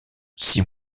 six